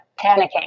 panicking